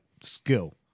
skill